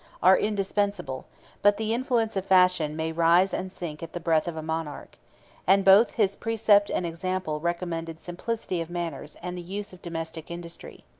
are indispensable but the influence of fashion may rise and sink at the breath of a monarch and both his precept and example recommended simplicity of manners and the use of domestic industry.